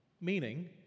Meaning